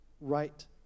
right